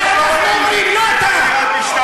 רצח לא מתחיל בחקירת משטרה.